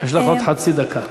יש לך עוד חצי דקה.